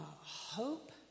hope